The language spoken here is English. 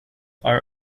are